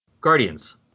Guardians